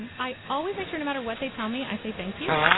and i always make sure no matter what they tell me. i say thank you.